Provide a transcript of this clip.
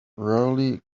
rarely